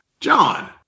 John